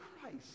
Christ